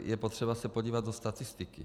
Je potřeba se podívat do statistiky.